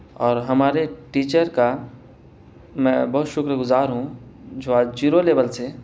اور ہمارے ٹیچر کا میں بہت شکر گزار ہوں جو آج جیرو لیول سے